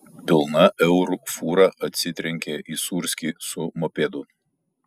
pilna eurų fūra atsitrenkė į sūrskį su mopedu